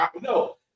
No